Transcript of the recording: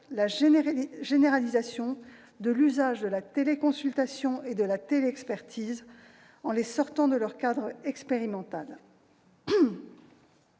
la généralisation de l'usage de la téléconsultation et de la téléexpertise, en les sortant de leur cadre expérimental.